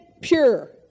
pure